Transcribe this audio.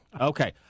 Okay